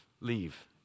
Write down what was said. leave